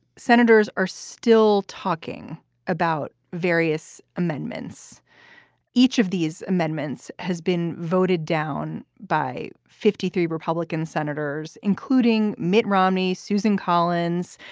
senators are still talking about various amendments each of these amendments has been voted down by fifty three republican senators, including mitt romney, susan collins,